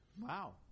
Wow